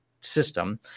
system